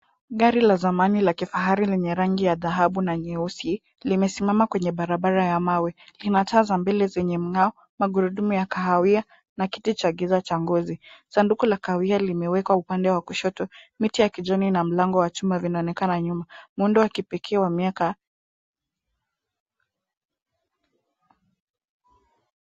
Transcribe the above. Gari la zamani la kifahari lenye rangi ya dhahabu na nyeusi limesimama kwenye barabara ya mawe. Lina taa za mbele zenye mng'ao, magurudumu ya kahawia na kiti cha giza cha ngozi. Sanduku la kahawia limewekwa upande wa kushoto, miti ya kijani na mlango wa chuma vinaonekana nyuma. Muundo wa kipekee wa miaka.